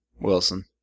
Wilson